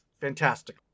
fantastic